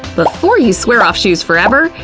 before you swear off shoes forever,